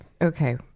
Okay